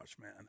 man